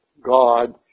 God